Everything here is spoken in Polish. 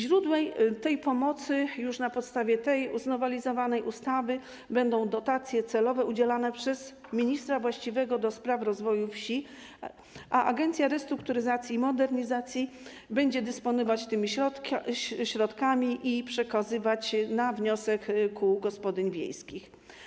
Źródłem tej pomocy już na podstawie tej znowelizowanej ustawy będą dotacje celowe udzielane przez ministra właściwego do spraw rozwoju wsi, a Agencja Restrukturyzacji i Modernizacji Rolnictwa będzie dysponować tymi środkami i przekazywać na wniosek kół gospodyń wiejskich.